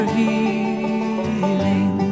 healing